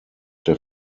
der